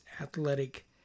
athletic